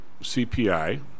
CPI